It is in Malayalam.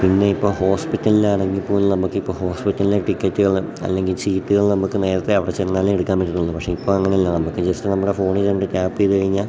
പിന്നെ ഇപ്പോൾ ഹോസ്പിറ്റലിലാണെങ്കിൽ പോലും നമുക്കിപ്പോൾ ഹോസ്പിറ്റലിലെ ടിക്കറ്റുകൾ അല്ലെങ്കിൽ ചീട്ടുകൾ നമുക്ക് നേരത്തെ അവിടെ ചെന്നാലേ എടുക്കാൻ പറ്റത്തുള്ളു പക്ഷെ ഇപ്പം അങ്ങനെയല്ല നമുക്ക് ജസ്റ്റ് നമ്മുടെ ഫോണിൽ രണ്ട് ടാപ് ചെയ്തു കഴിഞ്ഞാൽ